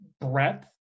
breadth